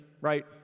right